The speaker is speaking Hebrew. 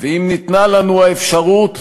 אם ניתנה לנו האפשרות,